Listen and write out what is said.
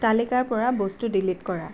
তালিকাৰপৰা বস্তু ডিলিট কৰা